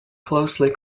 closely